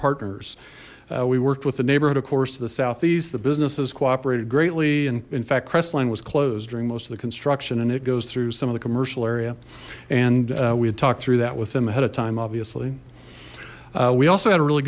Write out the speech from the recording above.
partners we worked with the neighborhood of course to the southeast the businesses cooperated greatly and in fact crestline was closed during most of the construction and it goes through some of the commercial area and we had talked through that with them ahead of time obviously we also had a really